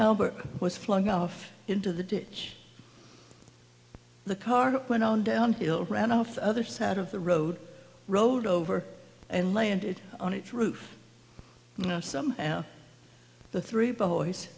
albert was flung off into the ditch the car went on down hill ran off the other side of the road rode over and landed on its roof you know some of the three boys